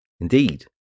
Indeed